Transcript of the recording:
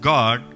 God